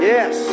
Yes